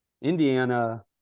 Indiana